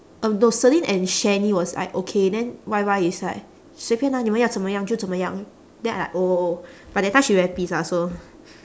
um no celine and shanny was like okay then Y_Y is like 随便啦你们要怎么样就怎么样 then I like oh but that time she very pissed ah so